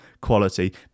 quality